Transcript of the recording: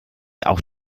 auch